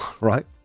right